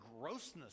grossness